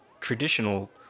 traditional